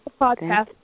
Podcast